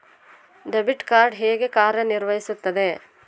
Debit card ಹೇಗೆ ಕಾರ್ಯನಿರ್ವಹಿಸುತ್ತದೆ?